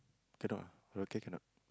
cannot ah cannot